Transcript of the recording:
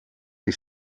ich